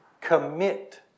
commit